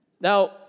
Now